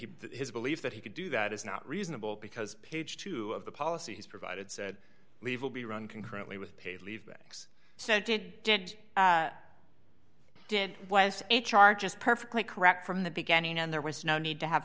he has a belief that he could do that is not reasonable because page two of the policies provided said leave will be run concurrently with paid leave banks so did did was a charge just perfectly correct from the beginning and there was no need to have